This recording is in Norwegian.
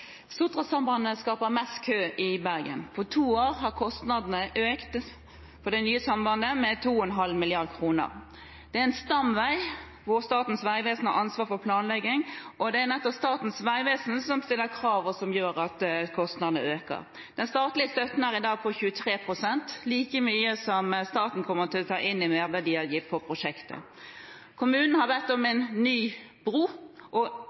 en stamvei hvor Statens vegvesen har ansvar for planlegging, og det er det at de stiller krav som gjør at kostnadene øker. Den statlige støtten er i dag på 23 pst., like mye som staten selv tar inn i merverdiavgift på prosjektet. Kommunen har bedt om en ny bro og